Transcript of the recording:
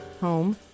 home